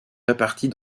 répartis